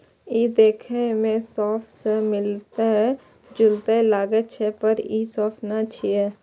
ई देखै मे सौंफ सं मिलैत जुलैत लागै छै, पर ई सौंफ नै छियै